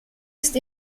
ist